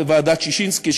בוועדת ששינסקי,